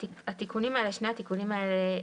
המטרה העיקרית של שני התיקונים האלה היא